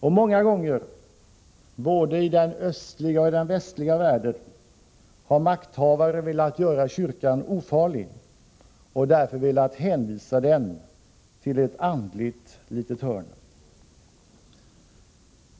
Och många gånger har makthavare — både i den östliga och i den västliga världen — velat göra kyrkan ofarlig och därför velat hänvisa den till ett andligt litet hörn.